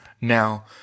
Now